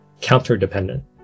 counter-dependent